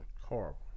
Horrible